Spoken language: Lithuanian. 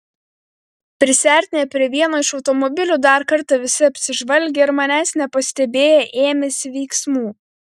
prisiartinę prie vieno iš automobilių dar kartą visi apsižvalgė ir manęs nepastebėję ėmėsi veiksmų